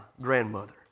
grandmother